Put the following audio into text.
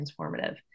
transformative